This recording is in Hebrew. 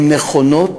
הן נכונות,